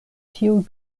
tiuj